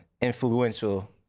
influential